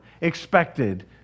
expected